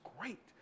great